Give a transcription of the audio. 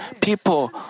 people